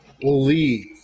believe